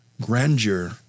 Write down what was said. grandeur